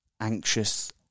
anxious